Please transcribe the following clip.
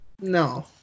no